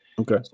Okay